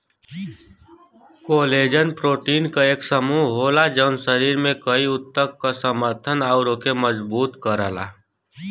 collagen protein क एक समूह होला जौन शरीर में कई ऊतक क समर्थन आउर ओके मजबूत करला